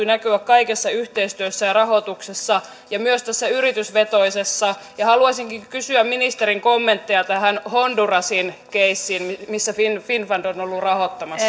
näkyä kaikessa yhteistyössä ja rahoituksessa ja myös tässä yritysvetoisessa haluaisinkin kysyä ministerin kommentteja tähän hondurasin keissiin missä finnfund finnfund on ollut rahoittamassa